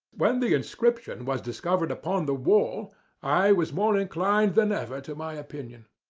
when the inscription was discovered upon the wall i was more inclined than ever to my opinion.